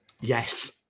Yes